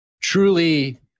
Truly